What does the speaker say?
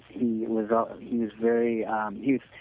he was um he was very um you know